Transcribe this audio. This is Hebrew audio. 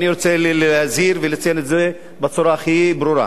אני רוצה להזהיר ולציין את זה בצורה הכי ברורה.